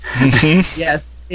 Yes